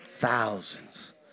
Thousands